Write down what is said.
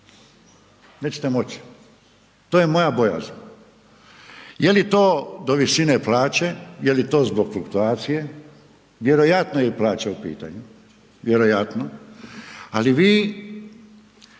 Nećete moći, to je moja bojazan. Je li to do visine plaće, je li to zbog kalkulacije, vjerojatno je plaća u pitanju, vjerojatno, ali vi